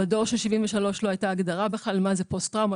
בדור של 73' לא הייתה הגדרה בכלל מה זה פוסט-טראומה,